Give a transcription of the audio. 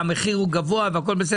המחיר גבוה וכולי,